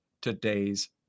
today's